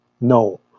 No